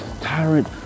tyrant